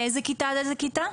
מאיזה כיתה עד איזה כיתה?